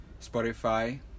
Spotify